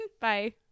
Bye